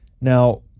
Now